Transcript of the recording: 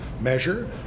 measure